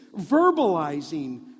verbalizing